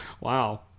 Wow